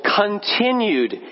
continued